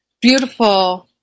beautiful